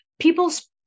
People's